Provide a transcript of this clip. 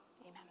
amen